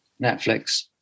Netflix